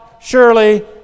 surely